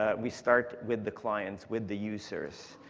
ah we start with the clients, with the users.